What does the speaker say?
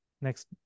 next